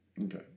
Okay